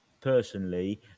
personally